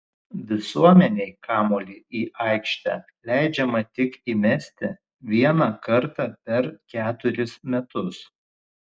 visuomenei kamuolį į aikštę leidžiama tik įmesti vieną kartą per keturis metus